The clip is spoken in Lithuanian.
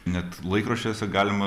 net laikraščiuose galima